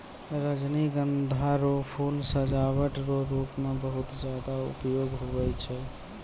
रजनीगंधा रो फूल सजावट रो रूप मे बहुते ज्यादा उपयोग हुवै छै